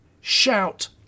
shout